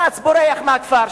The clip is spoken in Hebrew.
רץ, בורח מהכפר.